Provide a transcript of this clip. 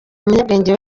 umunyabwenge